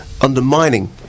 undermining